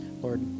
Lord